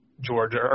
Georgia